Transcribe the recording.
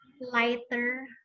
lighter